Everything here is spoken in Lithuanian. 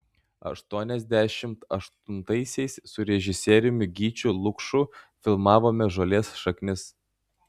aštuoniasdešimt aštuntaisiais su režisieriumi gyčiu lukšu filmavome žolės šaknis